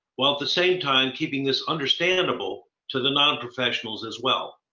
while at the same time keeping this understandable to the non-professionals as well.